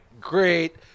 great